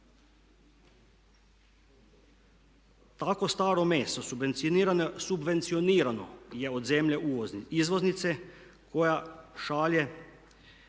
Takvo staro meso subvencionirano je od zemlje izvoznice koja šalje